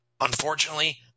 Unfortunately